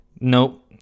Nope